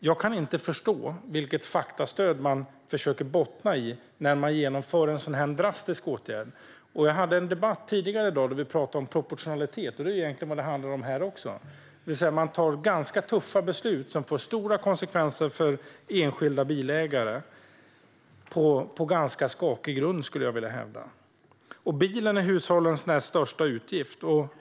Jag kan inte förstå vilka fakta man stöder sig på när man genomför en sådan här drastisk åtgärd. I en tidigare debatt i dag talade jag om proportionalitet, och det handlar det om här också. På ganska skakig grund tar man tuffa beslut som får stora konsekvenser för enskilda bilägare. Bilen är hushållens näst största utgift.